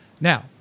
Now